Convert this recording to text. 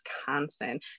Wisconsin